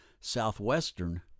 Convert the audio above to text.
Southwestern